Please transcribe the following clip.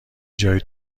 جای